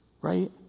Right